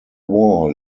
war